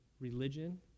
religion